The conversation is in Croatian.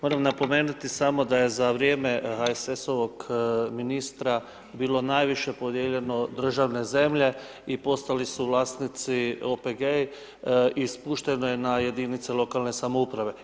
Moram napomenuti samo da je za vrijeme HSS-ovog ministra bilo najviše podijeljeno državne zemlje i postali su vlasnici OPG i spuštene na jedinice lokalne samouprave.